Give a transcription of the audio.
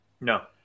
No